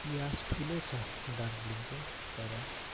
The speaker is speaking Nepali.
इतिहास ठुलो छ दार्जिलिङको तर